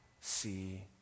see